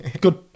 Good